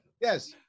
Yes